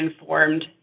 informed